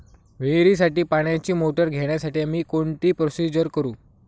विहिरीसाठी पाण्याची मोटर घेण्यासाठी मी कोणती प्रोसिजर करु?